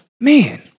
Man